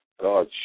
God